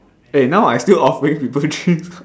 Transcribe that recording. eh now I still offering people drink